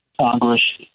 Congress